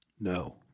No